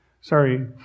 Sorry